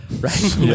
right